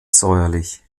säuerlich